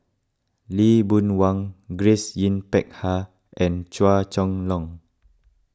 Lee Boon Wang Grace Yin Peck Ha and Chua Chong Long